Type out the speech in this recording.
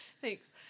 Thanks